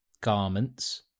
Garments